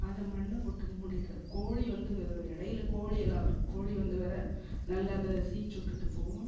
அதை மண்ணை போட்டு மூடிடறது கோழி வந்து இடையில கோழியெல்லாம் வரும் கோழி வந்து வேறு நல்ல அதை சீச்சு விட்டுட்டு போகும்